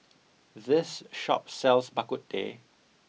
this shop sells bak kut teh